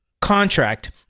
contract